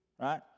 right